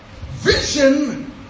Vision